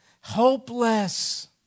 Hopeless